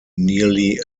nearly